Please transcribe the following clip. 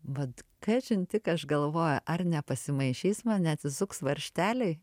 vat kažin tik aš galvoju ar nepasimaišys man neatsisuks varžteliai